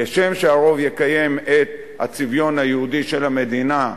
כשם שהרוב יקיים את הצביון היהודי של המדינה,